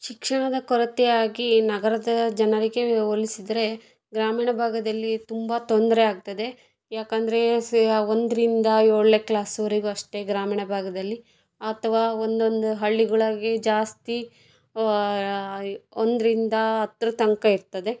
ಶಿಕ್ಷಣದ ಕೊರತೆಯಾಗಿ ನಗರದ ಜನರಿಗೆ ಹೋಲಿಸಿದರೆ ಗ್ರಾಮೀಣ ಭಾಗದಲ್ಲಿ ತುಂಬ ತೊಂದರೆಯಾಗ್ತದೆ ಏಕೆಂದ್ರೆ ಸಿಯ ಒಂದರಿಂದ ಏಳನೇ ಕ್ಲಾಸ್ವರೆಗೂ ಅಷ್ಟೇ ಗ್ರಾಮೀಣ ಭಾಗದಲ್ಲಿ ಅಥವಾ ಒಂದೊಂದು ಹಳ್ಳಿಗಳಿಗೆ ಜಾಸ್ತಿ ಒಂದರಿಂದ ಹತ್ತರ ತನಕ ಇರ್ತದೆ